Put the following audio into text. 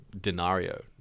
denario